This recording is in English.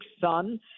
son